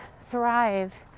thrive